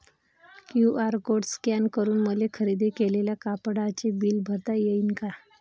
QR code scan करून मले खरेदी केलेल्या कापडाचे बिल भरता यीन का?